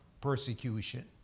persecution